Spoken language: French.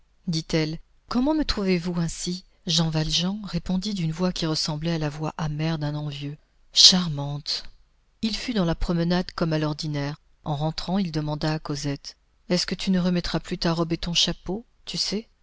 dit-elle comment me trouvez-vous ainsi jean valjean répondit d'une voix qui ressemblait à la voix amère d'un envieux charmante il fut dans la promenade comme à l'ordinaire en rentrant il demanda à cosette est-ce que tu ne remettras plus ta robe et ton chapeau tu sais